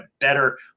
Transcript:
better